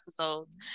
episodes